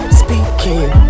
speaking